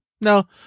No